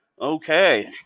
okay